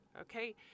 okay